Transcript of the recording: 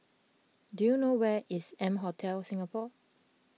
do you know where is M Hotel Singapore